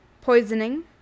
poisoning